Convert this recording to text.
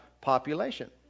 population